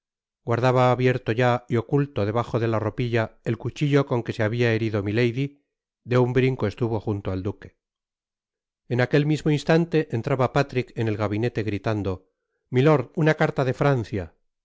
guardaba abierto ya y oculto debajo la ropilla el cuchillo con que se habia herido milady de un brinco estuvo junio al duque en aquel mismo instante entraba patrick en el gabinete gritando milord una caria de francia de